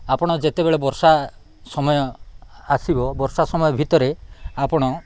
ଆପଣ ଯେତେବେଳେ ବର୍ଷା ସମୟ ଆସିବ ବର୍ଷା ସମୟ ଭିତରେ ଆପଣ